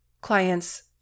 clients